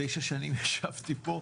תשע שנים ישבתי פה,